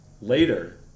later